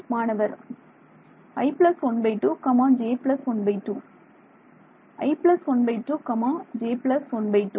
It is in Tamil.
மாணவர் i 12 j 12 i 12 j 12